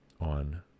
on